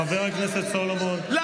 חבר הכנסת סולומון, תודה.